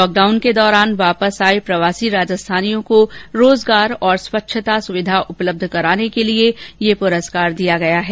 lockdown के दौरान वापस आए प्रवासी राजस्थानियों को रोजगार और स्वच्छता सुविधा उपलब्ध कराने के लिए यह पुरस्कार दिया गया है